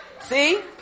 See